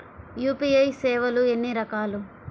UPI సేవలు ఎన్నిరకాలు?